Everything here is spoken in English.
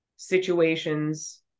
situations